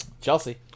Chelsea